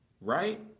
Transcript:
Right